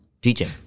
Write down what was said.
teaching